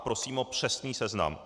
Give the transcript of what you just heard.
A prosím o přesný seznam.